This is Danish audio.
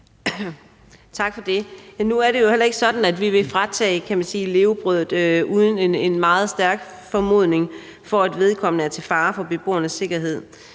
Tak for det. Nu er det jo heller ikke sådan, at vi vil fratage den ansatte levebrødet uden en meget stærk formodning om, at vedkommende er til fare for beboernes sikkerhed.